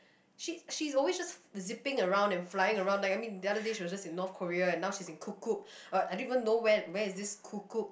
she she's always just zipping around and flying around like I mean the other day she was just in North Korea and now she's in kukup or what I don't even know where where is this Kukup